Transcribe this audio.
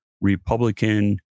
Republican